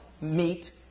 meet